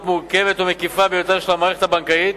מורכבת ומקיפה ביותר של המערכת הבנקאית,